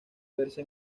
verse